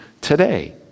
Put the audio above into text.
today